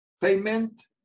payment